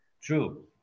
True